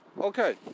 Okay